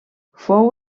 fou